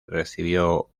recibió